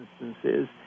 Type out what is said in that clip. instances